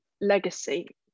legacy